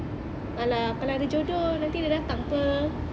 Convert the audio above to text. !alah! kalau ada jodoh nanti dia datang pe